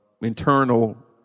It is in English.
internal